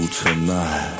tonight